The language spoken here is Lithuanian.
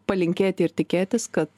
palinkėti ir tikėtis kad